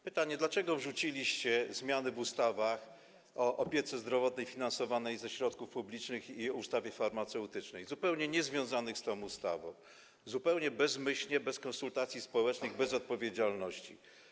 Pytanie, dlaczego wrzuciliście tu zmiany w ustawie o opiece zdrowotnej finansowanej ze środków publicznych i ustawie farmaceutycznej - które są zupełnie niezwiązane z tą ustawą - zupełnie bezmyślnie, bez konsultacji społecznych, bez odpowiedzialności.